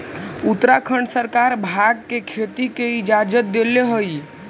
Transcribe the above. उत्तराखंड सरकार भाँग के खेती के इजाजत देले हइ